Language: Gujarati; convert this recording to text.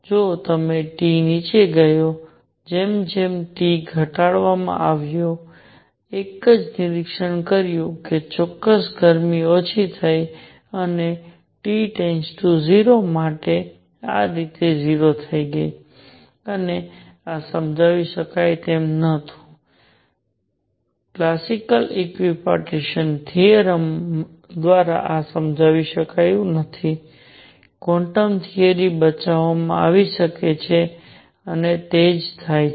જો કે T નીચે ગયો જેમ જેમ T ઘટાડવામાં આવ્યો એક એ નિરીક્ષણ કર્યું કે ચોક્કસ ગરમી ઓછી થઈ ગઈ અને T 0 માટે આ રીતે 0 થઈ ગઈ અને આ સમજાવી શકાય તેમ ન હતું ક્લાસિકલ ઇક્વિપાર્ટીશન થિયોરેમ દ્વારા આ સમજાવી શકાયુ નથી ક્વોન્ટમ થિયરી બચાવવામાં આવી શકે છે અને તે જ થાય છે